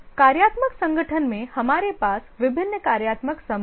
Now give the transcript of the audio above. कार्यात्मक संगठन में हमारे पास विभिन्न कार्यात्मक समूह हैं